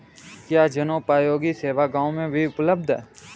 क्या जनोपयोगी सेवा गाँव में भी उपलब्ध है?